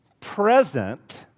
present